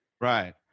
Right